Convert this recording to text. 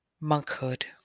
Monkhood